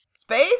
space